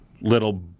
little